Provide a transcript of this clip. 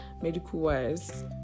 medical-wise